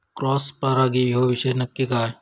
Cross परागी ह्यो विषय नक्की काय?